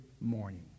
morning